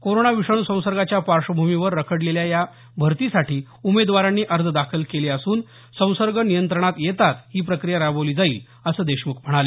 corona विषाणू संसर्गाच्या पार्श्वभूमीवर रखडलेल्या या भरतीसाठी उमेदवारांनी अर्ज दाखल केले असून संसर्ग नियंत्रणात येताच ही प्रक्रिया राबवली जाईल असं देशम्ख म्हणाले